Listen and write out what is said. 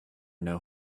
know